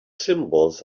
symbols